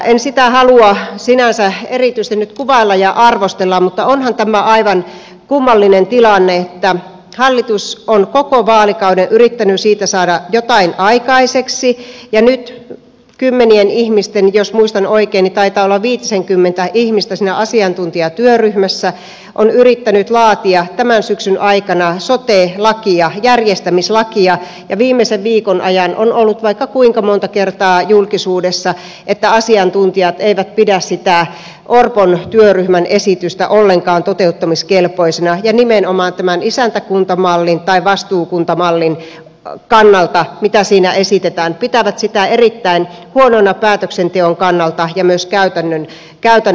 en sitä halua sinänsä erityisesti nyt kuvailla ja arvostella mutta onhan tämä aivan kummallinen tilanne että hallitus on koko vaalikauden yrittänyt siitä saada jotain aikaiseksi ja nyt kymmenien ihmisten työryhmä jos muistan oikein niin taitaa olla viitisenkymmentä ihmistä siinä asiantuntijatyöryhmässä on yrittänyt laatia tämän syksyn aikana sote lakia järjestämislakia ja viimeisen viikon ajan on ollut vaikka kuinka monta kertaa julkisuudessa että asiantuntijat eivät pidä sitä orpon työryhmän esitystä ollenkaan toteuttamiskelpoisena ja nimenomaan tämän isäntäkuntamallin tai vastuukuntamallin kannalta mitä siinä esitetään pitävät sitä erittäin huonona päätöksenteon kannalta ja myös käytännön kannalta